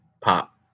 pop